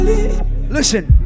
Listen